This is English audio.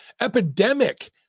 epidemic